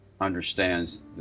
understands